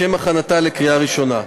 לשם הכנתה לקריאה ראשונה.